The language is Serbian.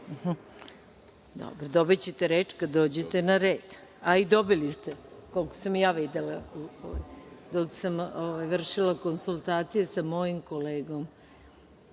103.)Dobićete reč kad dođete na red, a i dobili ste koliko vidim dok sam vršila konsultacije sa mojim kolegom